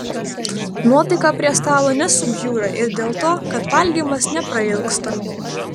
nuotaika prie stalo nesubjūra ir dėl to kad valgymas neprailgsta